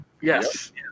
Yes